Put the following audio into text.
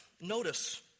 notice